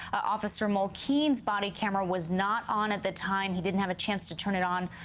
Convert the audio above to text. officer mall keene's body camera was not on at the time. he didn't have a chance to turn it on.